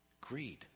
Greed